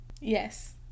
yes